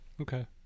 Okay